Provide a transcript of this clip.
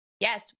Yes